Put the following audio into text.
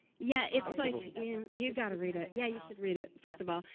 yeah, it's like you've got to read it. yeah, you should read it, first of all.